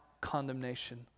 condemnation